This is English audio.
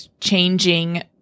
changing